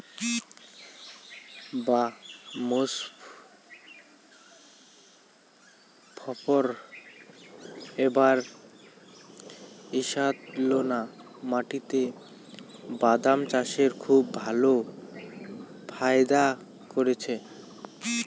বাঃ মোজফ্ফর এবার ঈষৎলোনা মাটিতে বাদাম চাষে খুব ভালো ফায়দা করেছে